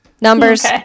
Numbers